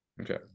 Okay